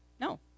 No